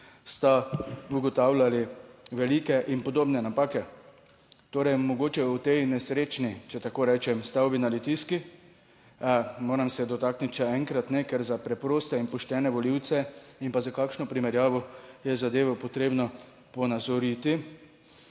sta ugotavljali velike in podobne napake, torej mogoče v tej nesrečni, če tako rečem, stavbi na Litijski. Moram se dotakniti še enkrat ne, ker za preproste in poštene volivce in pa za kakšno primerjavo je zadevo potrebno ponazoriti.